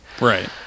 Right